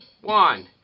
one